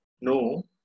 no